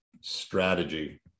strategy